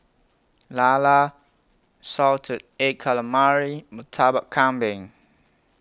Lala Salted Egg Calamari Murtabak Kambing